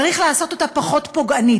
צריך לעשות אותה פחות פוגענית.